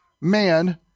man